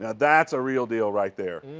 that's a real deal right there.